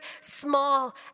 small